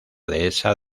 dehesa